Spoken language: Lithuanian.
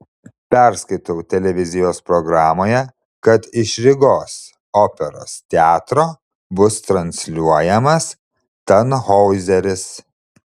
perskaitau televizijos programoje kad iš rygos operos teatro bus transliuojamas tanhoizeris